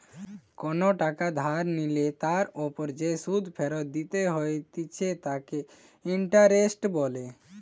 কোনো টাকা ধার নিলে তার ওপর যে সুধ ফেরত দিতে হতিছে তাকে ইন্টারেস্ট বলে